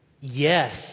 Yes